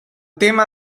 tema